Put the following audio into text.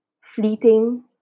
fleeting